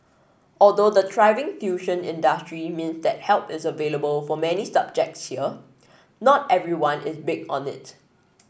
although the thriving tuition industry mean that help is available for many subjects here not everyone is big on it